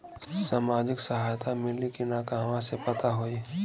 सामाजिक सहायता मिली कि ना कहवा से पता होयी?